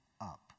up